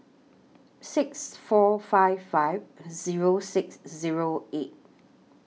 six four five five Zero six Zero eight